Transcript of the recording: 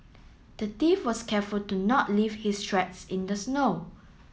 the thief was careful to not leave his tracks in the snow